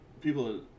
people